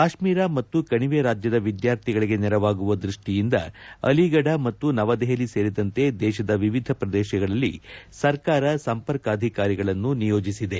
ಕಾಶ್ಮೀರ ಮತ್ತು ಕಣಿವೆ ರಾಜ್ಯದ ವಿದ್ಕಾರ್ಥಿಗಳಿಗೆ ನೆರವಾಗುವ ದೃಷ್ಟಿಯಿಂದ ಅಲಿಗಢ ಮತ್ತು ನವದೆಪಲಿ ಸೇರಿದಂತೆ ದೇಶದ ವಿವಿಧ ಪ್ರದೇಶಗಳಲ್ಲಿ ಸರ್ಕಾರ ಸಂಪರ್ಕಾಧಿಕಾರಿಗಳನ್ನು ನಿಯೋಜಿಸಿದೆ